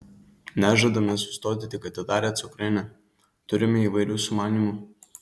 nežadame sustoti tik atidarę cukrainę turime įvairių sumanymų